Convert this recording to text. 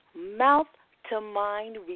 mouth-to-mind